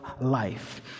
life